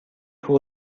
too